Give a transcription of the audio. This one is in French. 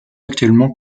actuellement